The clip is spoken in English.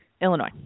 Illinois